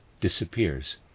disappears